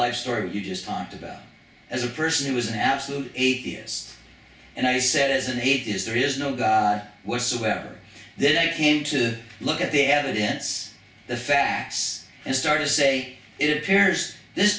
life story you just want to go as a person who was an absolute atheist and i said as an eight is there is no god whatsoever that i came to look at the evidence the facts and start to say it appears this